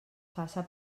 faça